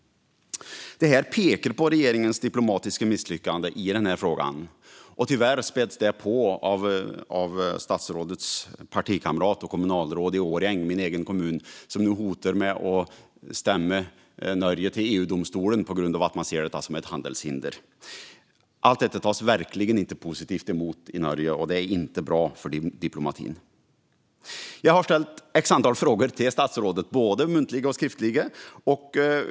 Det här pekar på regeringens diplomatiska misslyckande i frågan. Tyvärr späs det på av statsrådets partikamrat, som är kommunalråd i Årjäng, min egen kommun. Han hotar nu med att stämma Norge till EU-domstolen på grund av att han ser detta som ett handelshinder. Allt detta tas verkligen inte positivt emot i Norge, och det är inte bra för diplomatin. Jag har ställt ett antal frågor till statsrådet, både muntligen och skriftligen.